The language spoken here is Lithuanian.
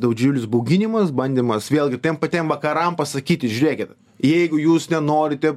didžiulis bauginimas bandymas vėlgi tiem patiem vakaram pasakyti žiūrėkit jeigu jūs nenorite